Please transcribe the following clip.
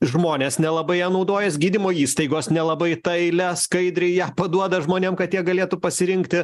žmonės nelabai ja naudojas gydymo įstaigos nelabai tą eilę skaidriai ją paduoda žmonėms kad jie galėtų pasirinkti